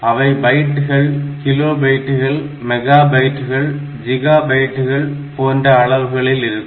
அவை பைட்டுகள் கிலோ பைட்டுகள் மெகா பைட்டுகள் ஜிகா பைட்டுகள் போன்ற அளவுகளில் இருக்கும்